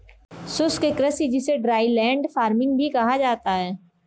शुष्क कृषि जिसे ड्राईलैंड फार्मिंग भी कहा जाता है